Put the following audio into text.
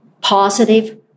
positive